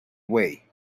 way